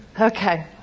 Okay